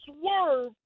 swerve